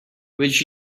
which